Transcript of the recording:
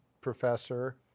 professor